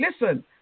Listen